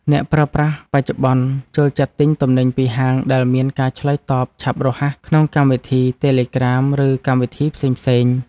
អ្នកប្រើប្រាស់បច្ចុប្បន្នចូលចិត្តទិញទំនិញពីហាងដែលមានការឆ្លើយតបឆាប់រហ័សក្នុងកម្មវិធីតេឡេក្រាម ឬកម្មវិធីផ្សេងៗ។